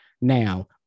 Now